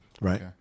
right